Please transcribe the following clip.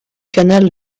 canal